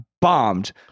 bombed